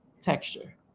texture